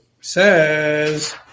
Says